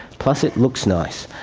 plus it looks nice.